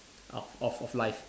of of of life